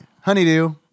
honeydew